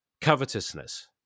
covetousness